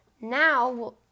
now